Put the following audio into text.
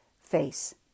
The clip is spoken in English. face